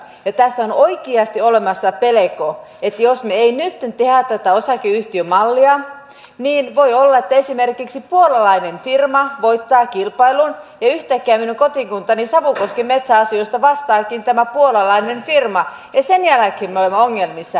tässä on oikeasti olemassa pelko että jos me emme nyt tee tätä osakeyhtiömallia niin voi olla että esimerkiksi puolalainen firma voittaa kilpailun ja yhtäkkiä minun kotikuntani savukosken metsäasioista vastaakin tämä puolalainen firma ja sen jälkeen me olemme ongelmissa